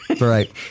Right